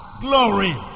glory